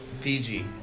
Fiji